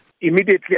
Immediately